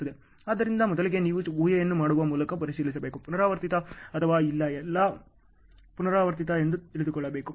ಆದ್ದರಿಂದ ಮೊದಲಿಗೆ ನೀವು ಊಹೆಯನ್ನು ಮಾಡುವ ಮೂಲಕ ಪರಿಶೀಲಿಸಬೇಕು ಪುನರಾವರ್ತಿತ ಅಥವಾ ಇಲ್ಲ ಮತ್ತು ಎಷ್ಟು ಪುನರಾವರ್ತಿತ ಎಂದು ತಿಳಿದುಕೊಳ್ಳಬೇಕು